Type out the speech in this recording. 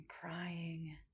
crying